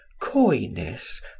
coyness